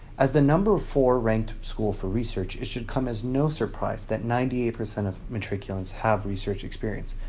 as the number four ranked school for research, it should come as no surprise that ninety eight percent of matriculants have research experience.